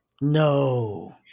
no